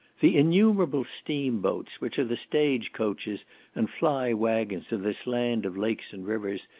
the innumerable steam boats, which are the stage coaches and fly waggons of this land of lakes and rivers,